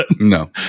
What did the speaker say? No